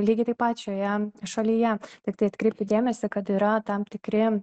lygiai taip pat šioje šalyje tiktai atkreipiu dėmesį kad yra tam tikri